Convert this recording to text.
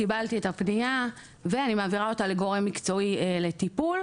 קיבלתי את הפניה ואני מעבירה אותה לגורם מקצועי לטיפול,